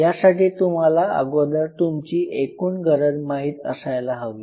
यासाठी तुम्हाला अगोदर तुमची एकूण गरज माहित असायला हवी